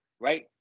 right